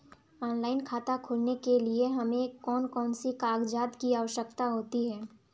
Online खाता खोलने के लिए हमें कौन कौन से कागजात की आवश्यकता होती है?